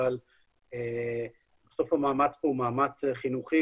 אבל בסוף המאמץ פה הוא מאמץ חינוכי.